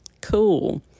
cool